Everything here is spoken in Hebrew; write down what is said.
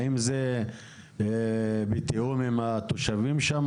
האם זה בתיאום עם התושבים שם,